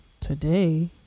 today